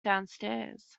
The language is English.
downstairs